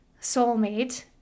soulmate